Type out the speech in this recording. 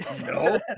No